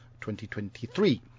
2023